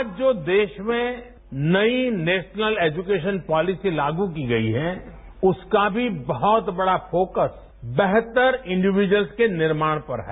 आज जो देश में नई नेशनल एजुकेशन पॉलिसी तागू की गई है उसका भी बहत बड़ा फोकस बेहतर इंडीव्यूजयल्स के निर्माण पर है